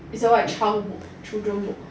it's a what child book ah children book ah